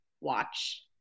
watch